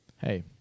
hey